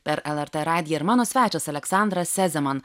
per el er tė radiją ir mano svečias aleksandras sezeman